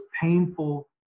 painful